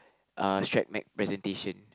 uh shred neck presentation